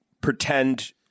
pretend